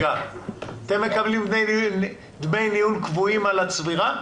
אתם מקבלים דמי ניהול קבועים על הצבירה?